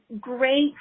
great